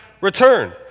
return